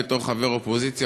בתור חבר אופוזיציה,